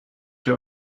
der